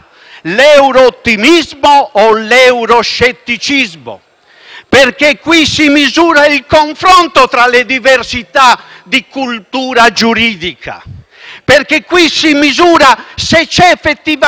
l'euroscetticismo e il confronto tra le diversità di cultura giuridica. Infatti, qui si misura se c'è effettivamente armonia o disarmonia tra i valori,